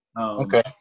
Okay